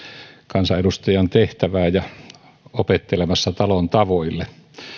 kansanedustajan tehtävää ja ja opettelemassa talon tavoille